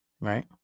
Right